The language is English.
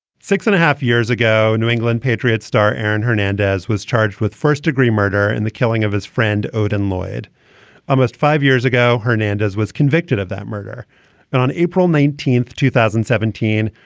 six and a half years ago, new england patriots star aaron hernandez was charged with first degree murder in the killing of his friend odin lloyd almost five years ago. hernandez was convicted of that murder. and on april nineteenth, two thousand and seventeen.